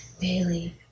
Bailey